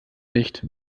nicht